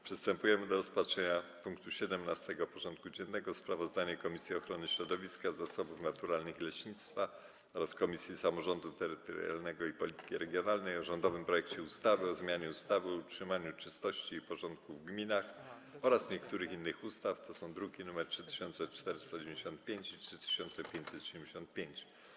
Przystępujemy do rozpatrzenia punktu 17. porządku dziennego: Sprawozdanie Komisji Ochrony Środowiska, Zasobów Naturalnych i Leśnictwa oraz Komisji Samorządu Terytorialnego i Polityki Regionalnej o rządowym projekcie ustawy o zmianie ustawy o utrzymaniu czystości i porządku w gminach oraz niektórych innych ustaw (druki nr 3495 i 3575)